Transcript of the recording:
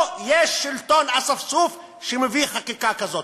פה יש שלטון אספסוף שמביא חקיקה כזאת.